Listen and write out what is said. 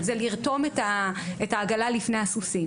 זה לרתום את העגלה לפני הסוסים.